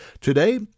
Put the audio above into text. Today